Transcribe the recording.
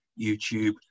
YouTube